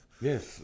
Yes